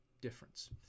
difference